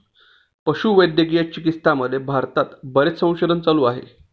पशुवैद्यकीय चिकित्सामध्ये भारतात बरेच संशोधन चालू आहे